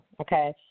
okay